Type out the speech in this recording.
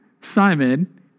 Simon